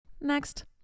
Next